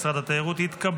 משרד התיירות,